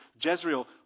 Jezreel